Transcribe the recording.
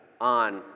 on